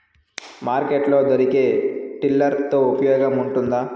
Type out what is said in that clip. Market లో దొరికే tiller తో ఉపయోగం ఉంటుందా?